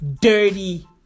dirty